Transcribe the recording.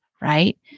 right